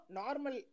normal